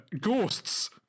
ghosts